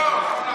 תן לי לרשום.